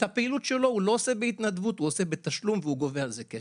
את הפעילות שלו הוא לא עושה בהתנדבות אלא בתשלום והוא גובה על זה כסף.